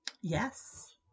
Yes